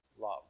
love